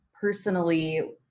personally